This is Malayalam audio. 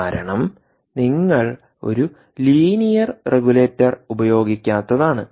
കാരണം നിങ്ങൾ ഒരു ലീനിയർ റെഗുലേറ്റർ ഉപയോഗിക്കാത്തതാണ്